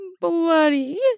bloody